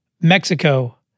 Mexico